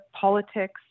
politics